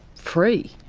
free.